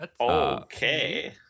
Okay